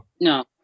No